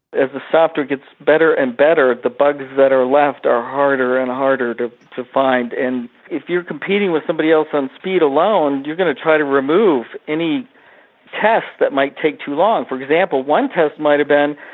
as the software gets better and better, the bugs that are left are harder and harder to to find. and if you're competing with somebody else on speed alone, you're going to try to remove any test that might take too long. for example, one test might have been,